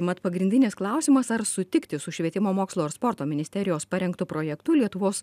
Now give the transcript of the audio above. mat pagrindinis klausimas ar sutikti su švietimo mokslo ir sporto ministerijos parengtu projektu lietuvos